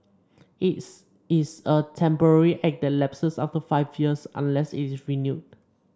its it is a temporary act that lapses after five years unless it is renewed